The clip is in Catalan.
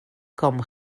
com